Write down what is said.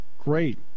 great